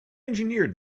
engineered